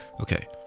Okay